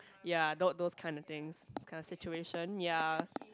ya tho~ those kind of things kinda situation ya